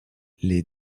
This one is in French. les